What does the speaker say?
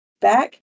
back